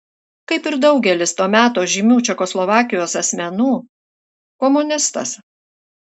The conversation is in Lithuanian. kaip ir daugelis to meto žymių čekoslovakijos asmenų komunistas